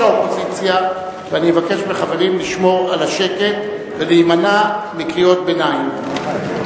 ואני מבקש מהחברים לשמור על השקט ולהימנע מקריאות ביניים.